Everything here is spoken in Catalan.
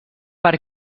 per